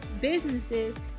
businesses